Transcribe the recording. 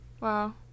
Wow